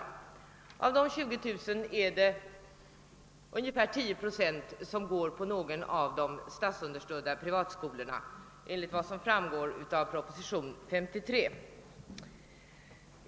Av dessa mer än 20 000 går ungefär 10 procent i någon av de statsunderstödda privatskolorna enligt vad som framgår av propositionen 33.